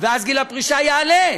ואז גיל הפרישה יעלה,